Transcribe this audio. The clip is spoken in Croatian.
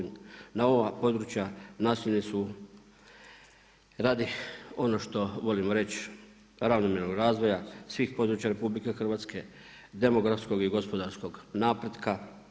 Na ova područja naseljeni su radi ono što volimo reći, ravnomjernog razvoja svih područja RH, demografskog i gospodarskog napretka.